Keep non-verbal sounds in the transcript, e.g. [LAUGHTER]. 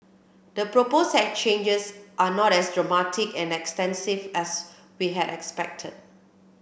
the proposed [UNINTELLIGIBLE] changes are not as dramatic and extensive as we had expected